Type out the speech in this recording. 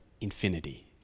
infinity